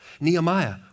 Nehemiah